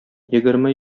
егерме